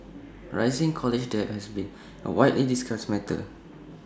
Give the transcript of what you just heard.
rising college debt has been A widely discussed matter